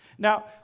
Now